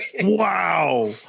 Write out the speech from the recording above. Wow